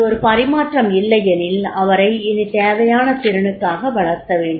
அது ஒரு பரிமாற்றம் இல்லையெனில் அவரை இனி தேவையான திறனுக்காக வளர்த்த வேண்டும்